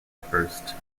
first